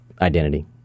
identity